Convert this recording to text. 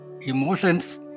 emotions